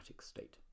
State